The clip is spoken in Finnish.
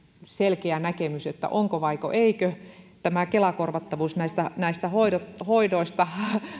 selkeä näkemys onko vai eikö ole tätä kela korvattavuutta näistä hoidoista hoidoista